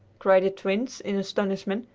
cried the twins in astonishment.